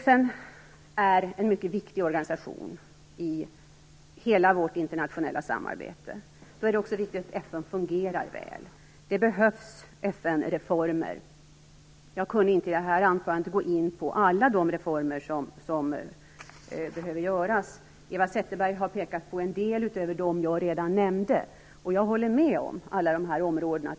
FN är en mycket viktig organisation i hela vårt internationella samarbete. Då är det också viktigt att FN fungerar väl. Det behövs FN-reformer. Jag kan inte här gå in på alla de reformer som behöver göras. Eva Zetterberg har pekat på en del utöver dem jag redan nämnde. Jag håller med henne på alla områden.